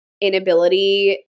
inability